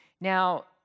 Now